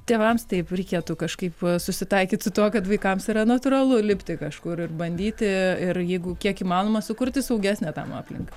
tėvams taip reikėtų kažkaip susitaikyti su tuo kad vaikams yra natūralu lipti kažkur ir bandyti ir jeigu kiek įmanoma sukurti saugesnę aplinką